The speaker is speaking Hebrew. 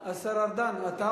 אתה עונה?